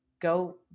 go